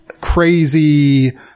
crazy